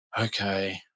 Okay